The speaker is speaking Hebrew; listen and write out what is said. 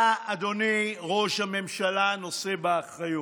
אתה, אדוני ראש הממשלה, נושא באחריות.